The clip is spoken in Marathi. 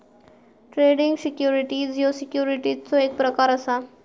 ट्रेडिंग सिक्युरिटीज ह्यो सिक्युरिटीजचो एक प्रकार असा